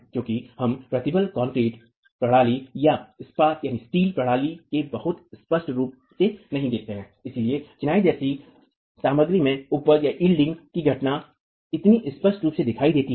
क्योंकि आप प्रबलित कंक्रीट प्रणाली या स्पात प्रणाली में बहुत स्पष्ट रूप से नहीं देखते हैं इसलिए चिनाई जैसी सामग्री में उपज की घटना इतनी स्पष्ट रूप से नहीं देखी जाती है